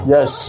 Yes